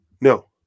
No